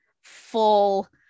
full